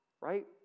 right